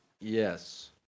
Yes